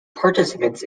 participants